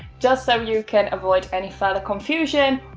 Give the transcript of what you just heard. just so you can avoid any further confusion,